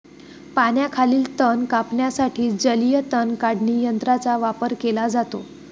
पाण्याखालील तण कापण्यासाठी जलीय तण काढणी यंत्राचा वापर केला जातो